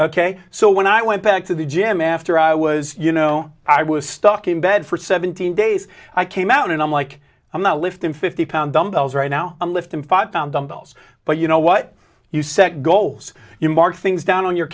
ok so when i went back to the gym after i was you know i was stuck in bed for seventeen days i came out and i'm like i'm not lifting fifty pound dumbbells right now i'm lifting five pound dumbbells but you know what you set goals you mark things down on your